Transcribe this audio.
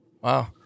Wow